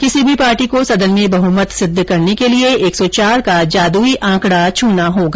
किसी भी पार्टी को सदन में बहुमत सिद्ध करने के लिए एक सौ चार का जादुई आंकडा छूना होगा